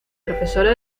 profesora